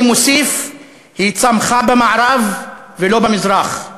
אני מוסיף: היא צמחה במערב, ולא במזרח.